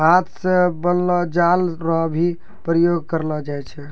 हाथ से बनलो जाल रो भी प्रयोग करलो जाय छै